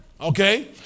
Okay